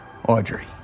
Audrey